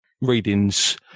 readings